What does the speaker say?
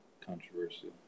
controversial